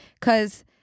Cause